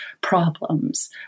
problems